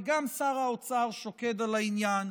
וגם שר האוצר שוקד על העניין,